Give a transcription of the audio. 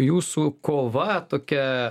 jūsų kova tokia